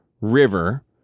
river